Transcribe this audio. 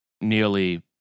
nearly